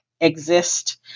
exist